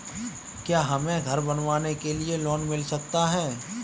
क्या हमें घर बनवाने के लिए लोन मिल सकता है?